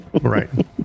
Right